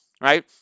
right